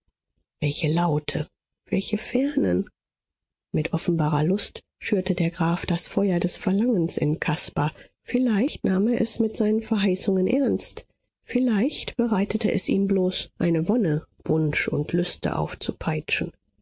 welche laute welche fernen mit offenbarer lust schürte der graf das feuer des verlangens in caspar vielleicht nahm er es mit seinen verheißungen ernst vielleicht bereitete es ihm bloß eine wonne wunsch und lüste aufzupeitschen